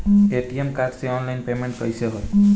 ATM card से online payment कैसे होई?